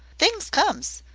things comes.